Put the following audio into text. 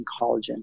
collagen